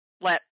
let